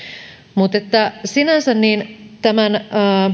sinänsä tämän